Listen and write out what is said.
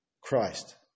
Christ